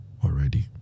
already